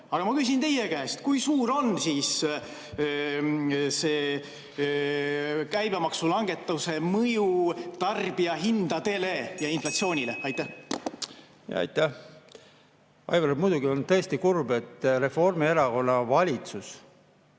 ole! Ma küsin teie käest, kui suur on käibemaksu langetamise mõju tarbijahindadele ja inflatsioonile. Aitäh! Aivar, muidugi on tõesti kurb, et Reformierakonna valitsus